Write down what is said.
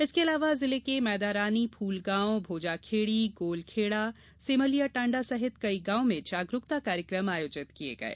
इसके अलावा जिले के मैदारानी फूलगांव भोजाखेड़ी गोलखेड़ा सेमलिया टाण्डा सहित कई गांव में जागरुकता कार्यकम आयोजित किये गये